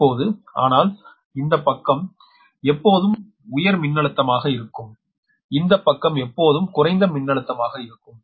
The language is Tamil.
இப்போது ஆனால் இந்த பக்கம் எப்போதும் உயர் மின்னழுத்தமாக இருக்கும் இந்த பக்கம் எப்போதும் குறைந்த மின்னழுத்தமாக இருக்கும்